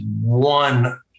one